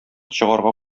чыгарга